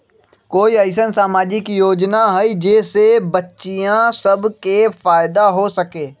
कोई अईसन सामाजिक योजना हई जे से बच्चियां सब के फायदा हो सके?